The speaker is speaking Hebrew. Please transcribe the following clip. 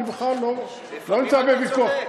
אני בכלל לא נמצא בוויכוח.